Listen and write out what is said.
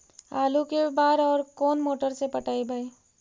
आलू के बार और कोन मोटर से पटइबै?